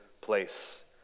place